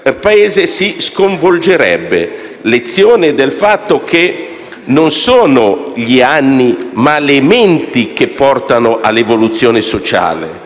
Belpaese si sconvolgerebbe: ciò è lezione del fatto che non sono gli anni ma le menti che portano all'evoluzione sociale.